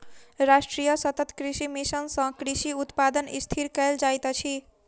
राष्ट्रीय सतत कृषि मिशन सँ कृषि उत्पादन स्थिर कयल जाइत अछि